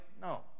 No